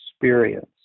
experience